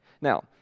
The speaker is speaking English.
Now